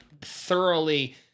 thoroughly